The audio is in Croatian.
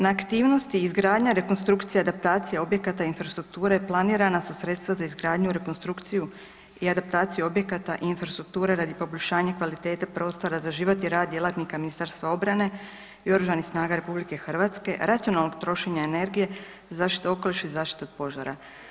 Na aktivnosti izgradnja, rekonstrukcija, adaptacija objekata infrastrukture planirana su sredstva za izgradnju, rekonstrukciju i adaptaciju objekata i infrastrukture radi poboljšanja kvalitete prostora za život i rad djelatnika Ministarstva obrane i Oružanih snaga RH, racionalnog trošenja energije, zaštite okoliša i zaštita od požara.